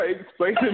Explain